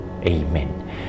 Amen